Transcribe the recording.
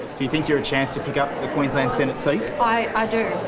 you think you're a chance to pick up the queensland senate seat? i do,